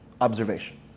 observation